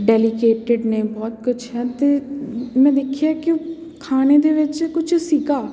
ਡੈਲੀਕੇਟਿਡ ਨੇ ਬਹੁਤ ਕੁਝ ਹੈ ਅਤੇ ਮੈਂ ਵੇਖਿਆ ਕਿ ਉਹ ਖਾਣੇ ਦੇ ਵਿੱਚ ਕੁਛ ਸੀਗਾ